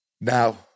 now